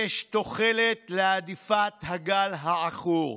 יש תוחלת להדיפת הגל העכור,